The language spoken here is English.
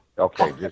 Okay